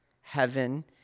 heaven